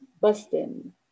Bustin